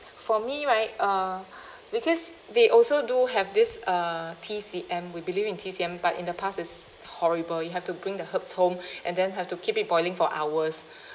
for me right uh because they also do have this uh T_C_M we believe in T_C_M but in the past it's horrible you have to bring the herbs home and then have to keep it boiling for hours